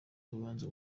urubanza